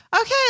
Okay